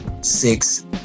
six